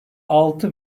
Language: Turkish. altı